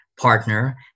partner